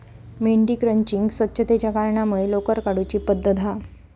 मेंढी क्रचिंग स्वच्छतेच्या कारणांमुळे लोकर काढुची पद्धत हा